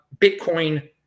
Bitcoin